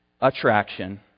Attraction